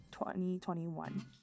2021